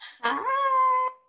Hi